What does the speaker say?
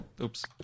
Oops